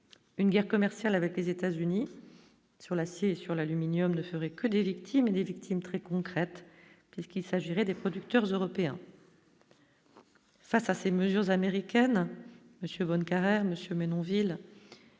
une guerre commerciale avec les États-Unis sur l'acier sur l'aluminium ne ferait que des victimes et des victimes très concrètes, puisqu'il s'agirait des producteurs européens. Face à ces mesures américaines Monsieur von